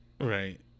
Right